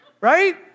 Right